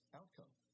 outcome